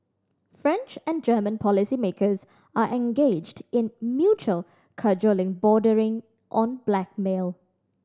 French and German policymakers are engaged in mutual cajoling bordering on blackmail